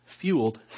fueled